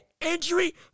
injury